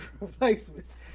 Replacements